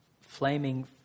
flaming